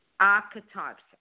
archetypes